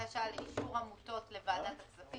I" ההליך להגשת הבקשה לאישור עמותות לוועדת הכספים